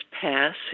pass